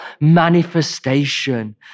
manifestation